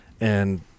And-